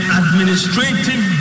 administrative